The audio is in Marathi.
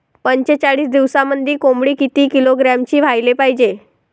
पंचेचाळीस दिवसामंदी कोंबडी किती किलोग्रॅमची व्हायले पाहीजे?